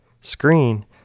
screen